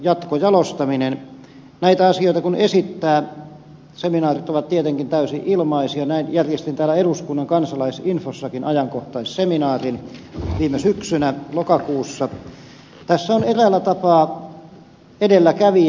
näitä asioita kun esittää seminaarit ovat tietenkin täysin ilmaisia näin järjestin täällä eduskunnan kansalaisinfossakin ajankohtaisseminaarin viime syksynä lokakuussa tässä on eräällä tapaa edelläkävijä